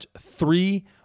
three